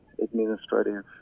administrative